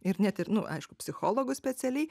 ir net ir nu aišku psichologų specialiai